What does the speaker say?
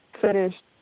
finished